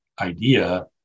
idea